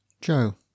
Joe